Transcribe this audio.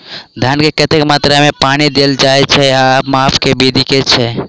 धान मे कतेक मात्रा मे पानि देल जाएँ छैय आ माप केँ विधि केँ छैय?